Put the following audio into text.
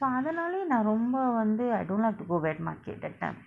so அதனாலயே நா ரொம்ப வந்து:athanalaye na romba vanthu I don't like to go wet market that time